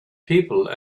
people